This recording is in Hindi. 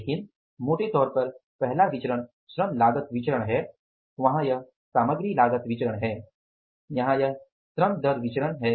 लेकिन मोटे तौर पर पहला विचरण श्रम लागत विचरण है वहां यह सामग्री लागत विचरण है यहाँ यह श्रम दर विचरण की है